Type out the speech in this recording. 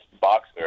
boxer